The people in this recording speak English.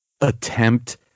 attempt